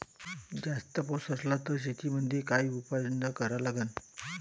जास्त पाऊस असला त शेतीमंदी काय उपाययोजना करा लागन?